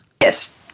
Yes